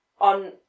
on